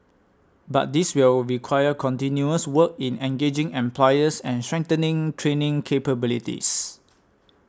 but this will require continuous work in engaging employers and strengthening training capabilities